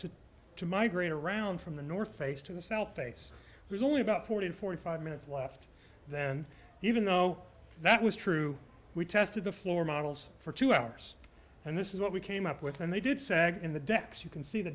to to migrate around from the north face to the south face there's only about forty to forty five minutes left then even though that was true we tested the floor models for two hours and this is what we came up with and they did sag in the decks you can see the